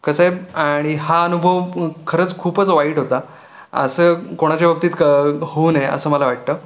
कसंय आणि हा अनुभव खरंच खूपच वाईट होता असं कोणाच्या बाबतीत क होऊ नये असं मला वाटतं